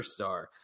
superstar